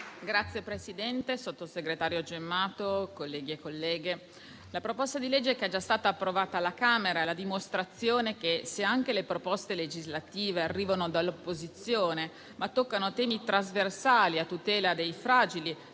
Signora Presidente, signor sottosegretario Gemmato, colleghi e colleghe, il disegno di legge in esame, che è già stato approvato alla Camera, è la dimostrazione che, se anche le proposte legislative arrivano dall'opposizione ma toccano temi trasversali a tutela dei fragili,